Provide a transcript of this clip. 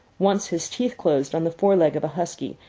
once, his teeth closed on the fore leg of a husky,